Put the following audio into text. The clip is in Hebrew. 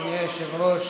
אדוני היושב-ראש,